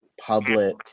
public